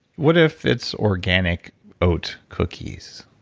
what if it's organic oat cookies?